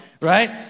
right